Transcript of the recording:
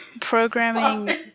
programming